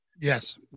Yes